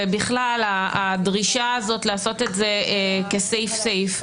ובכלל הדרישה הזאת לעשות את זה כסעיף סעיף.